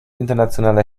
internationaler